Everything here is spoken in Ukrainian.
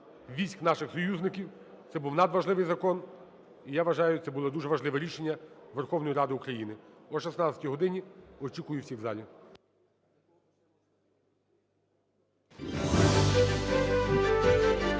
військ наших союзників, - це був надважливий закон. Я вважаю, це було дуже важливе рішення Верховної Ради України. О 16 годині очікую всіх в залі.